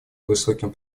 высоким